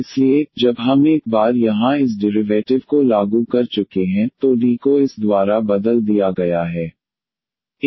इसलिए जब हम एक बार यहां इस डिरिवैटिव को लागू कर चुके हैं तो D को इस द्वारा बदल दिया गया है